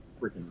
freaking